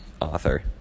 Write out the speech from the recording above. author